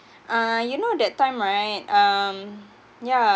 uh you know that time right um yeah